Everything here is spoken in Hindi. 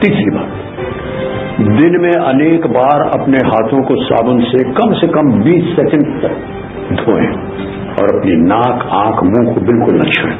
तीसरी बात दिन में अनेक बार अपने हाथों को साबुन से कम से कम बीस सैकेंड तक धोएं और अपनी नाक आंख मुंह को बिल्कुल न छ्यूएं